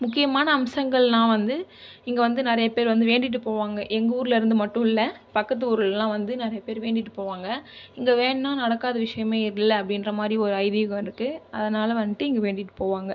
முக்கியமான அம்சங்கள்னா வந்து இங்கே வந்து நிறைய பேரு வந்து வேண்டிட்டு போவாங்க எங்கள் ஊர்லலேருந்து மட்டும் இல்லை பக்கத்து ஊர்லலாம் வந்து நிறைய பேர் வேண்டிகிட்டு போவாங்க இங்கே வேண்டுனா நடக்காத விஷயமே இல்லை அப்படின்ற மாதிரி ஒரு ஐதீகம் இருக்குது அதனால் வந்ட்டு இங்கே வேண்டிகிட்டு போவாங்க